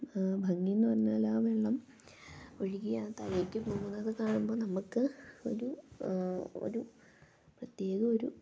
ഭംഗിന്നു പറഞ്ഞാൽ ആ വെള്ളം ഒഴുകി താഴേക്ക് പോകുന്നത് കാണുമ്പോൾ നമുക്ക് ഒരു ഒരു പ്രത്യേക ഒരു